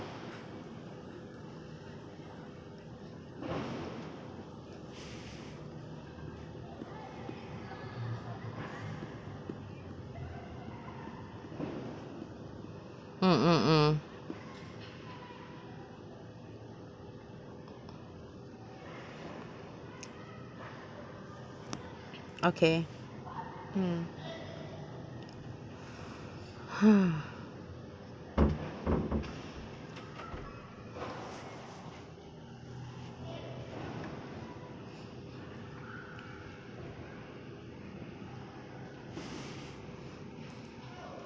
mm mm mm okay mm